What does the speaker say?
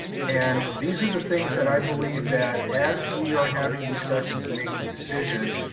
and these are the things that i believe that as we are having discussions and making decisions,